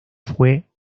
fue